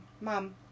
mom